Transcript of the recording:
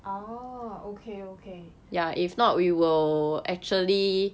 ah okay okay